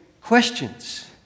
questions